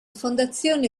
fondazione